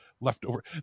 leftover